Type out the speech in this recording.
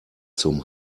zum